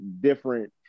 different